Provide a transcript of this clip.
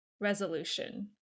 Resolution